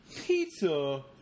pizza